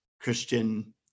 Christian